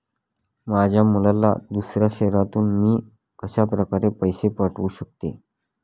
माझ्या मुलाला दुसऱ्या शहरातून मी कशाप्रकारे पैसे पाठवू शकते?